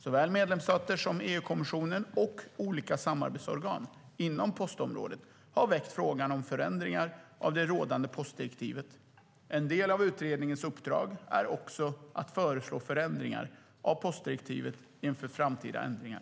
Såväl medlemsstater som EU-kommissionen och olika samarbetsorgan inom postområdet har väckt frågan om förändringar av det rådande postdirektivet. En del av utredningens uppdrag är också att föreslå förändringar av postdirektivet inför framtida ändringar.